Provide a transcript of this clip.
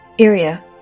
Iria